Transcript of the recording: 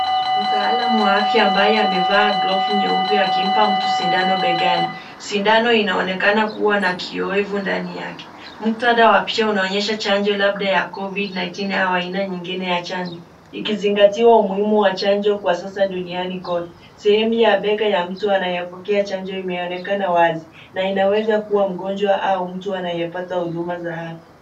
Mtaalam wa afya ambaye amevaa glovu nyeupe akimpa mtu sindano begani. Sindano inaonekana kuwa na kioevu ndani yake. Muktadha wa picha unaonyesha chanjo, labda ya Covid-19 au aina nyingine ya chanjo, ikizingatiwa umuhimu wa chanjo kwa sasa duniana kote. Sehemu ya bega ya mtu anayepokea chanjo imeonekana wazi na inaweza kuwa mgonjwa au mtu anayepata huduma za afya.